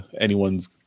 anyone's